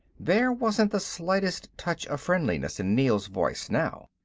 there wasn't the slightest touch of friendliness in neel's voice now.